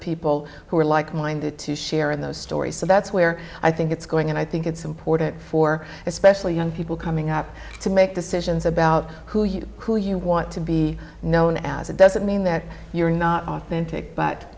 people who are like minded to share those stories so that's where i think it's going and i think it's important for especially young people coming up to me decisions about who you who you want to be known as a doesn't mean that you're not authentic but